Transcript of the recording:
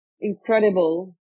Incredible